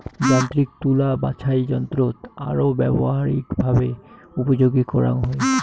যান্ত্রিক তুলা বাছাইযন্ত্রৎ আরো ব্যবহারিকভাবে উপযোগী করাঙ হই